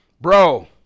Bro